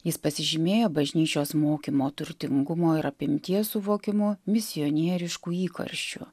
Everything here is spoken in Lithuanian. jis pasižymėjo bažnyčios mokymo turtingumo ir apimties suvokimu misionierišku įkarščiu